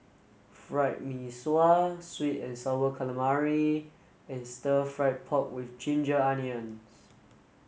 Fried Mee Sua Sweet and sour calamari and stir fried pork with ginger onions